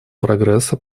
прогресса